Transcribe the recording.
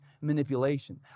manipulation